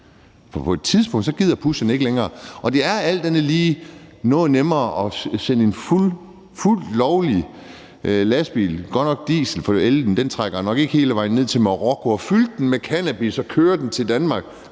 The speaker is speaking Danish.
for på et tidspunkt gider pusherne ikke længere. Det er alt andet lige noget nemmere at sende en fuldt lovlig lastbil – godt nok på diesel, for ellen rækker nok ikke hele vejen – ned til Marokko og fylde den med cannabis og køre den til Danmark,